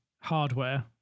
hardware